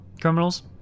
criminals